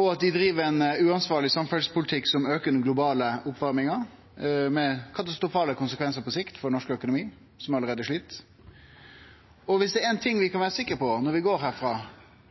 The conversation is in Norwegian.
og at dei driv ein uansvarleg samferdselspolitikk, som aukar den globale oppvarminga, med katastrofale konsekvensar på sikt for norsk økonomi, som allereie slit. Viss det er éin ting vi kan vere sikre på når vi går herifrå